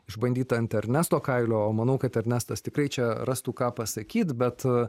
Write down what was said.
išbandyt ant ernesto kailio o manau kad ernestas tikrai čia rastų ką pasakyt bet